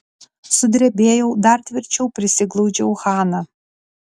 sudrebėjau dar tvirčiau prisiglaudžiau haną